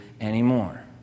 anymore